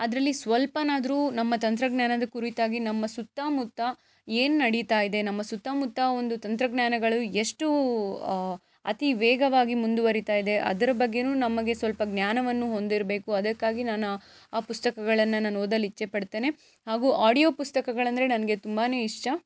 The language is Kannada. ಅದರಲ್ಲಿ ಸ್ವಲ್ಪನಾದರೂ ನಮ್ಮ ತಂತ್ರಜ್ಞಾನದ ಕುರಿತಾಗಿ ನಮ್ಮ ಸುತ್ತಮುತ್ತ ಏನು ನಡೀತಾ ಇದೆ ನಮ್ಮ ಸುತ್ತಮುತ್ತ ಒಂದು ತಂತ್ರಜ್ಞಾನಗಳು ಎಷ್ಟು ಅತಿ ವೇಗವಾಗಿ ಮುಂದುವರಿತಾ ಇದೆ ಅದರ ಬಗ್ಗೆನೂ ನಮಗೆ ಸ್ವಲ್ಪ ಜ್ಞಾನವನ್ನು ಹೊಂದಿರಬೇಕು ಅದಕ್ಕಾಗಿ ನಾನು ಆ ಆ ಪುಸ್ತಕಗಳನ್ನ ನಾನು ಓದಲು ಇಚ್ಛೆಪಡ್ತೇನೆ ಹಾಗೂ ಆಡಿಯೋ ಪುಸ್ತಕಗಳೆಂದರೆ ನನಗೆ ತುಂಬಾ ಇಷ್ಟ